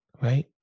right